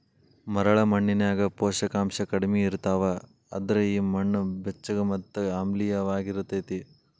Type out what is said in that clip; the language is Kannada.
ಮರಳ ಮಣ್ಣಿನ್ಯಾಗ ಪೋಷಕಾಂಶ ಕಡಿಮಿ ಇರ್ತಾವ, ಅದ್ರ ಈ ಮಣ್ಣ ಬೆಚ್ಚಗ ಮತ್ತ ಆಮ್ಲಿಯವಾಗಿರತೇತಿ